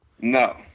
No